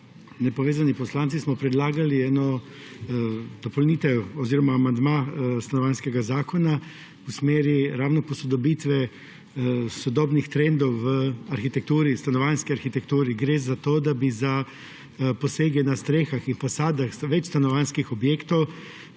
Nepovezani poslanci smo predlagali eno dopolnitev oziroma amandma stanovanjskega zakona v smeri ravno posodobitve sodobnih trendov v stanovanjski arhitekturi. Gre za to, da bi za posege na strehah in fasadah večstanovanjskih objektov